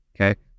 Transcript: Okay